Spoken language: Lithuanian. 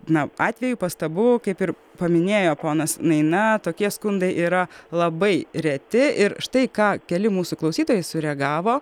na atvejų pastabų kaip ir paminėjo ponas naina tokie skundai yra labai reti ir štai ką keli mūsų klausytojai sureagavo